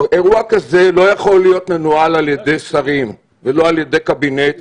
אירוע כזה לא יכול להיות מנוהל על ידי שרים ולא על ידי קבינט,